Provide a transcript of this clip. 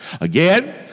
Again